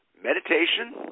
Meditation